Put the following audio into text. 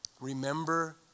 Remember